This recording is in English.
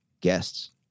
guests